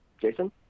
Jason